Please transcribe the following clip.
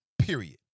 Period